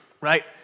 right